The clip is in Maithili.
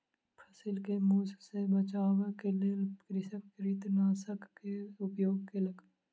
फसिल के मूस सॅ बचाबअ के लेल कृषक कृंतकनाशक के उपयोग केलक